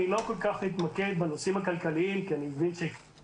אני לא כל כך אתמקד בנושאים הכלכליים כי אני מבין שהקונצנזוס